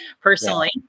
personally